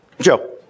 Joe